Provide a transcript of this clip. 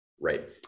right